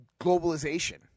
Globalization